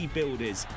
Builders